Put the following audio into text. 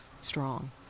strong